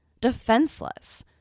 defenseless